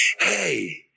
hey